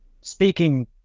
speaking